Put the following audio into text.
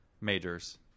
majors